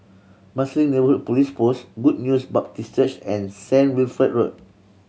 Marsiling Neighbourhood Police Post Good News Baptist Church and Saint Wilfred Road